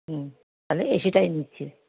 হুম তালে এ সিটাই নিচ্ছি